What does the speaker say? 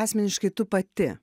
asmeniškai tu pati